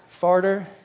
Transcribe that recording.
Farter